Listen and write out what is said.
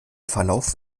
verlaufe